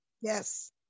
Yes